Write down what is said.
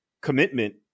commitment